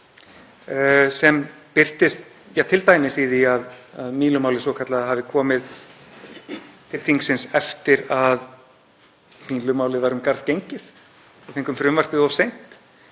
sem birtist t.d. í því að Mílumálið svokallaða hafi komið til þingsins eftir að Mílumálið var um garð gengið, við fengum frumvarpið of seint